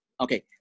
Okay